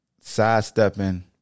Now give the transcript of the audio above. sidestepping